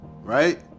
right